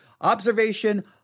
observation